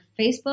Facebook